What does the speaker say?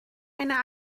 einer